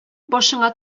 башыңа